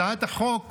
יש בהצעת החוק